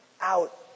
out